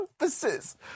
emphasis